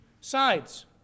sides